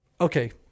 Okay